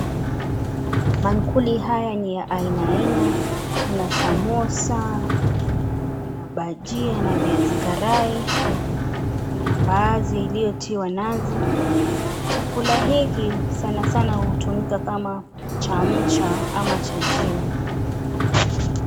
Maankuli haya ni ya aina aina. Kuna samosa, kuna bhajia na viazi karai, kuna mbaazi iliyotiwa nazi. Chakula hiki sana sana hutumika kama chamcha ama chajio.